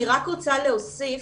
אני רק רוצה להוסיף,